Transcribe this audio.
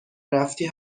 رفتی